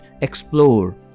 explore